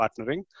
partnering